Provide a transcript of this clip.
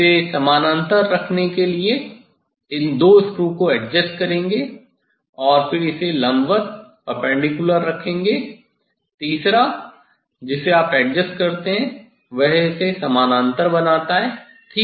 इसे समानांतर रखने के लिए इन दो स्क्रू को एडजस्ट करेंगे और फिर इसे लंबवत रखेंगे तीसरा जिसे आप एडजस्ट करते हैं वह इसे समानांतर बनाता है ठीक है